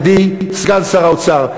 ידידי סגן שר האוצר.